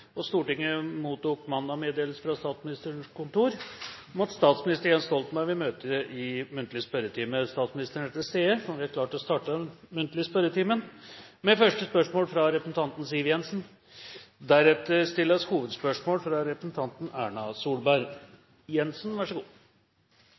og omsorgssektoren. Forslaget vil bli behandlet på reglementsmessig måte. Stortinget mottok mandag meddelelse fra Statsministerens kontor om at statsminister Jens Stoltenberg vil møte til muntlig spørretime. Statsministeren er til stede, og vi er klare til å starte den muntlige spørretimen. Vi starter med første spørsmål, fra representanten Siv Jensen.